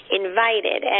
invited